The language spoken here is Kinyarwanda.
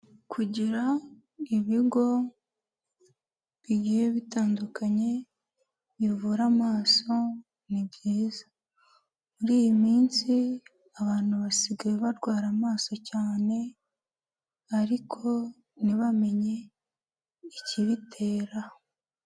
Kugira ibigo bigiye bitandukanye bivura amaso ni byiza, muri iyi minsi abantu basigaye barwara amaso cyane ariko ntibamenye ikibitera.